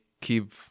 keep